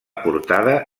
portada